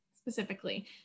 specifically